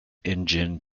engine